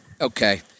Okay